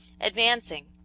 advancing